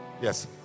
Yes